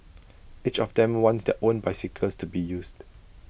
each of them wants their own bicycles to be used